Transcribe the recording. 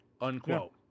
unquote